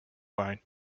line